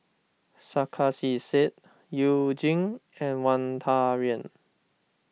Sarkasi Said You Jin and Wang Dayuan